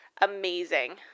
amazing